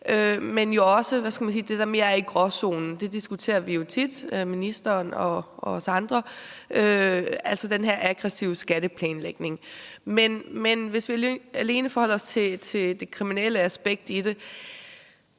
man sige, det, der er mere i gråzonen, og det diskuterer vi andre jo tit med ministeren, altså den her aggressive skatteplanlægning. Men hvis vi alene forholder os til det kriminelle aspekt i det,